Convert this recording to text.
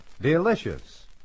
delicious